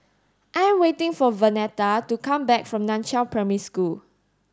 I am waiting for Vernetta to come back from Nan Chiau Primary School